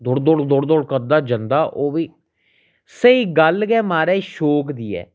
दुडृ दुडृ दुडृ दुुडृ करदा जंदा ओह् बी स्हेई गल्ल गै महाराज शौक दी ऐ